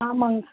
ஆமாங்க சார்